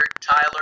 Tyler